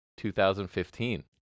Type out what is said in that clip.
2015